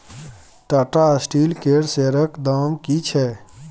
Tata Steel केर शेयरक दाम की छै?